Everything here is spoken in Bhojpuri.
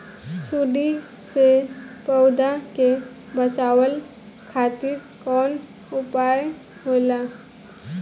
सुंडी से पौधा के बचावल खातिर कौन उपाय होला?